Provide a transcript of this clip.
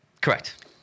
Correct